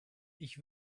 ich